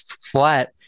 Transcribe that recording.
flat